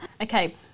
Okay